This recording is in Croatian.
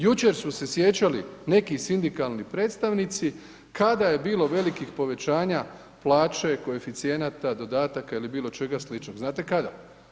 Jučer su se sjećali neki sindikalni predstavnici kada je bilo velikih povećanja plaće, koeficijenata, dodataka ili bilo čega sličnog, znate kada?